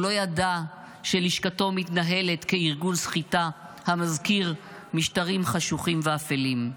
הוא לא ידע שלשכתו מתנהלת כארגון סחיטה המזכיר משטרים חשוכים ואפלים.